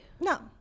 No